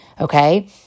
Okay